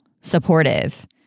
supportive